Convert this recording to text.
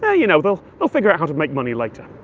yeah you know they'll they'll figure out how to make money later.